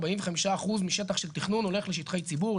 45% משטח של תכנון הולך לשטחי ציבור,